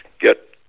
get